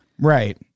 Right